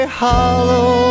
hollow